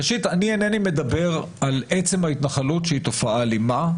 ראשית אני אינני מדבר על עצם ההתנחלות שהיא תופעה אלימה,